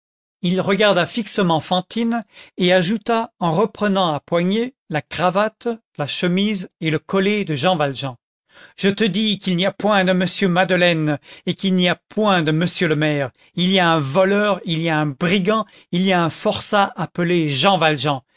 il regarda fixement fantine et ajouta en reprenant à poignée la cravate la chemise et le collet de jean valjean je te dis qu'il n'y a point de monsieur madeleine et qu'il n'y a point de monsieur le maire il y a un voleur il y a un brigand il y a un forçat appelé jean valjean